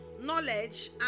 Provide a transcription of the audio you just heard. knowledge